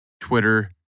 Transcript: Twitter